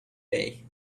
day